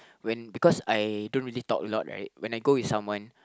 when because I don't really talk a lot right when I go with someone